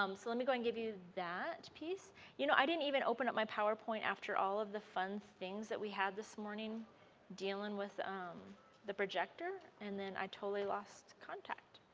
um so let me go and give you that piece you know i didn't even open up my powerpoint after all of the fun things that we had this morning dealing with um the projector and then i totally lost contact.